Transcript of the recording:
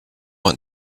want